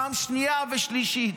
פעם שנייה ושלישית.